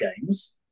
games